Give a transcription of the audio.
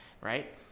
right